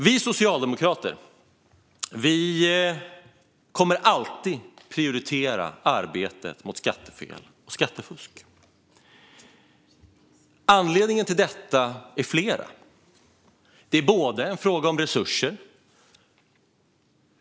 Vi socialdemokrater kommer alltid att prioritera arbetet mot skattefel och skattefusk. Anledningarna till detta är flera. Det är delvis en fråga om resurser.